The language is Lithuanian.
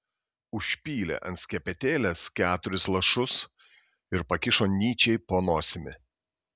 užpylė ant skepetėlės keturis lašus ir pakišo nyčei po nosimi